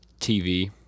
tv